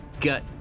gut